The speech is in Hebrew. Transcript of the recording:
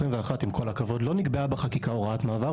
לא נקבעה בחקיקה הוראת מעבר,